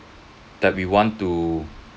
that we want to